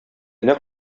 нәкъ